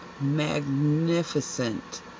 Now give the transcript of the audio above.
magnificent